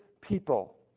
people